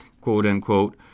quote-unquote